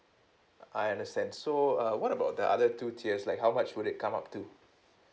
I understand so uh what about the other two tiers like how much would it come up to